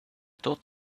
thought